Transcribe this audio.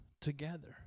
together